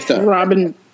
robin